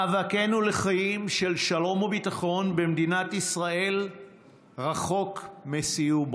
מאבקנו לחיים של שלום וביטחון במדינת ישראל רחוק מסיומו.